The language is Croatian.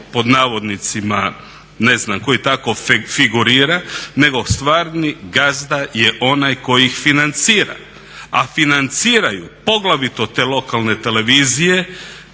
pod navodnicima ne znam koji tako figurira, nego stvarni gazda je onaj koji ih financira. A financiraju poglavito te lokalne televizije